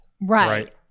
Right